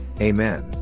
Amen